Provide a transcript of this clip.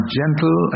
gentle